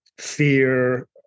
fear